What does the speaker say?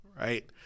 right